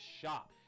shop